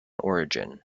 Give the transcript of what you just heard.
origin